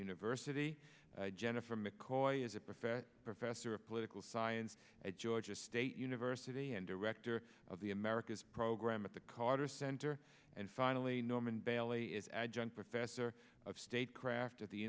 university jennifer mccoy is a professor professor of political science at georgia state university and director of the americas program at the carter center and finally norman bailey is adjunct professor of statecraft at the